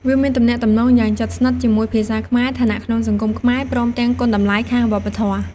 វាមានទំនាក់ទំនងយ៉ាងជិតស្និទ្ធជាមួយភាសាខ្មែរ ឋានៈក្នុងសង្គមខ្មែរ ព្រមទាំងគុណតម្លៃខាងវប្បធម៌។